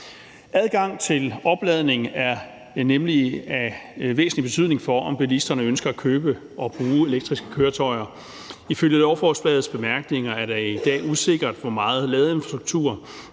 Adgang til opladning er nemlig af væsentlig betydning for, om bilisterne ønsker at købe og bruge elektriske køretøjer. Ifølge lovforslagets bemærkninger er det i dag usikkert, hvor meget ladeinfrastruktur